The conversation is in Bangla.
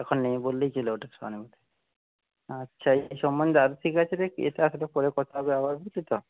এখন নেই বললে কি আচ্ছা যে এটা আবার পরে কথা হবে আবার বুঝলি তো